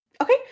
Okay